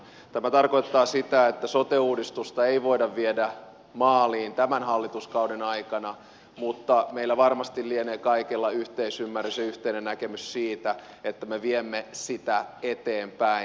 tämä tarkoittaa sitä että sote uudistusta ei voida viedä maaliin tämän hallituskauden aikana mutta meillä varmasti lienee kaikilla yhteisymmärrys ja yhteinen näkemys siitä että me viemme sitä eteenpäin